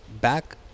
back